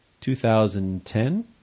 2010